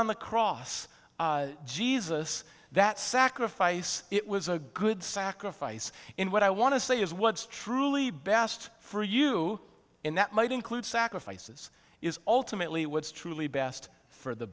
the cross jesus that sacrifice it was a good sacrifice in what i want to say is what is truly best for you and that might include sacrifices is ultimately what's truly best for the